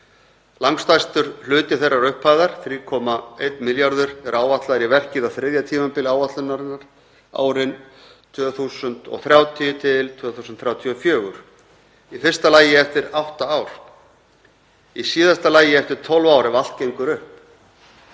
Langstærstur hluti þeirrar upphæðar, 3,1 milljarður, er áætlaður í verkið á þriðja tímabili áætlunarinnar, árin 2030–2034. Í fyrsta lagi eftir átta ár og í síðasta lagi eftir 12 ár ef allt gengur upp.